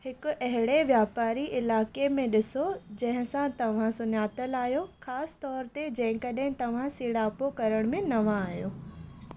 हिकु अहिड़े वापारी इलाइक़े में डि॒सो जंहिं सां तव्हां सुञातलु आयो ख़ासि तौर ते जेकड॒हिं तव्हां सीड़ापो करण में नवां आहियो